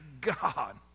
God